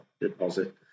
deposit